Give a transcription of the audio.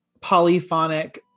polyphonic